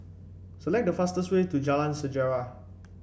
select the fastest way to Jalan Sejarah